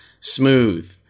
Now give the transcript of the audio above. smooth